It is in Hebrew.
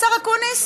השר אקוניס?